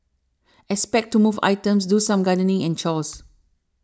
expect to move items do some gardening and chores